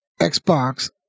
Xbox